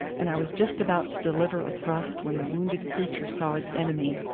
and i was just about to deliver a thrust when the wounded creature saw its enemy,